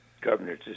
Governor